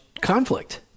conflict